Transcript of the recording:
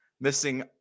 missing